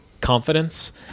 confidence